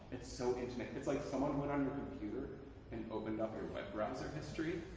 it's so intimate. it's like someone went on your computer and opened up your web browser history